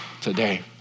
today